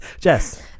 Jess